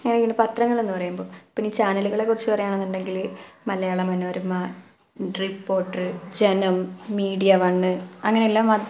അതാണ് പത്രങ്ങൾ എന്ന് പറയുമ്പോൾ പിന്നെ ഈ ചാനലുകളെ കുറിച്ച് പറയുക ആണെന്നുണ്ടെങ്കിൽ Malayala Manorama Reporter Janam Media One അങ്ങനെയെല്ലാം മ